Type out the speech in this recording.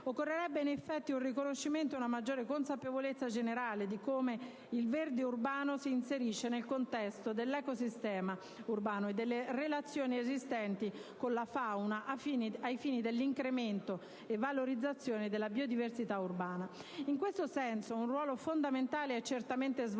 occorrerebbe un riconoscimento e una maggiore consapevolezza generale di come il verde urbano si inserisce nel contesto dell'ecosistema urbano e delle relazioni esistenti con la fauna, ai fini dell'incremento e della valorizzazione della biodiversità urbana. In questo senso, un ruolo fondamentale è certamente svolto